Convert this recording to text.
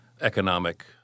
economic